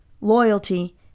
loyalty